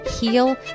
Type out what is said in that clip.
heal